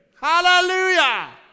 Hallelujah